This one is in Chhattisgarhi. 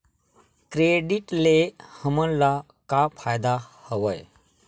क्रेडिट ले हमन ला का फ़ायदा हवय?